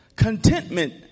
Contentment